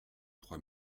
trois